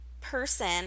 person